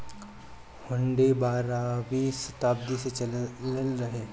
हुन्डी बारहवीं सताब्दी से चलल रहे